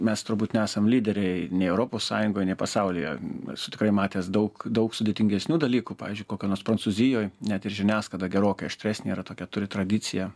mes turbūt nesam lyderiai nei europos sąjungoj nei pasaulyje esu tikrai matęs daug daug sudėtingesnių dalykų pavyzdžiui kokioj nors prancūzijoj net ir žiniasklaida gerokai aštresnė yra tokią turi tradiciją